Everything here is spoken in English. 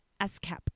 ASCAP